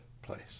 place